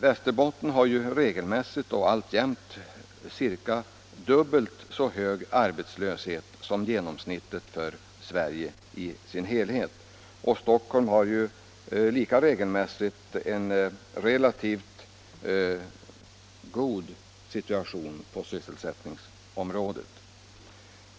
Västerbotten har regelmässigt ungefär dubbelt så hög arbetslöshet som genomsnittet för Sverige i dess helhet. Stockholm har lika regelmässigt en relativt god situation på sysselsättningsområdet.